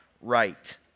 right